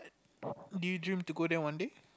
do you dream to go there one day